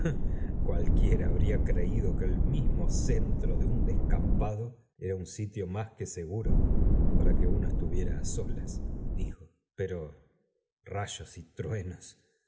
cualquiera habría creído que el mismo centro de un descampado era un sitio más que seguro para que uno estuviera á solas dijo rifero rayos y truenos